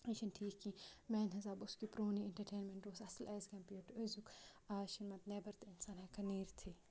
یہِ چھِنہٕ ٹھیٖک کینٛہہ میٛانہِ حِساب اوس کہِ پرٛونُے اِنٹَرٹینمینٛٹ اوس اَصٕل ایز کَمپیٲڑ ٹُہ أزیُک اَز چھِنہٕ پَتہٕ نٮ۪بَر تہِ اِنسان ہیٚکان نیٖرِتھٕے